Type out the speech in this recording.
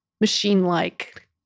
machine-like